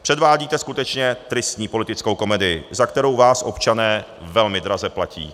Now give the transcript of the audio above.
Předvádíte skutečně tristní politickou komedii, za kterou vás občané velmi draze platí.